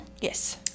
Yes